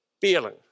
Feeling